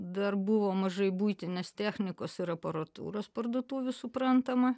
dar buvo mažai buitinės technikos ir aparatūros parduotuvių suprantama